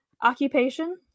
Occupation